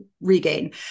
regain